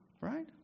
Right